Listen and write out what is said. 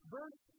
Verse